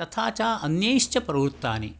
तथाश्च अन्यैश्च प्रवृत्तानि